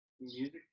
Music